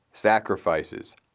Sacrifices